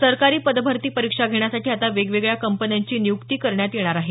सरकारी पदभरती परिक्षा घेण्यासाठी आता वेगवेगळ्या कंपन्यांची नियुक्ती करण्यात येणार आहे